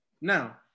Now